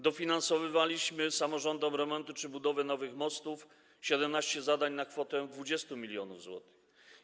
Dofinansowywaliśmy samorządom remonty czy budowy nowych mostów - 17 zadań na kwotę 20 mln zł.